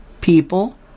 people